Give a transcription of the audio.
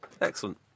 excellent